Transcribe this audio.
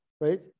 right